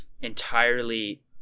entirely